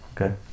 Okay